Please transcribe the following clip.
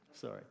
Sorry